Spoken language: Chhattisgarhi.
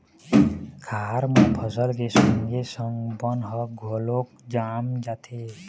खार म फसल के संगे संग बन ह घलोक जाम जाथे